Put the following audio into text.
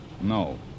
No